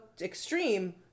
extreme